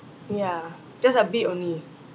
yeah just a bit only